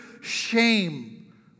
shame